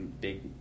big